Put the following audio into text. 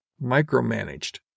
micromanaged